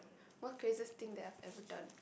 most craziest thing that I've ever done